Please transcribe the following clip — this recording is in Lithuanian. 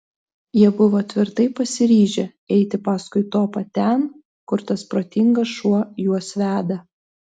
jie buvo tvirtai pasiryžę eiti paskui topą ten kur tas protingas šuo juos veda